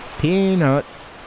peanuts